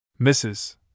Mrs